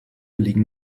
liegen